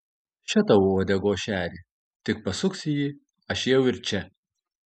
še tau uodegos šerį tik pasuksi jį aš jau ir čia